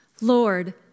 Lord